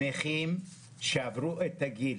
נכים שעברו את הגיל.